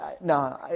no